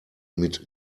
mit